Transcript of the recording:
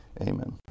Amen